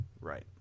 Right